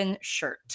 shirt